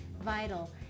vital